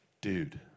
dude